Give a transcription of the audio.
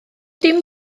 dim